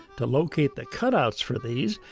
to locate the cutouts for these,